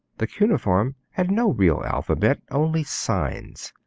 the cuneiform had no real alphabet, only signs.